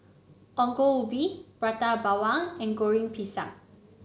Ongol Ubi Prata Bawang and Goreng Pisang